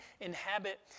inhabit